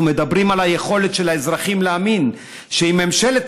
אנחנו מדברים על היכולת של האזרחים להאמין שאם ממשלת